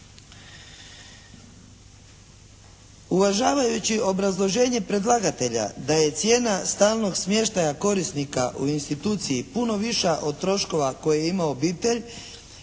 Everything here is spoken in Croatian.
Uvažavajući obrazloženje predlagatelja da je cijena stalnog smještaja korisnika u instituciji puno viša od troškova koje ima obitelj